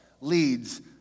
leads